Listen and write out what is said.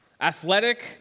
athletic